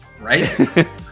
Right